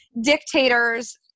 dictators